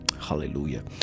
Hallelujah